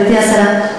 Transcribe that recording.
גברתי השרה,